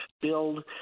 build